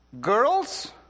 girls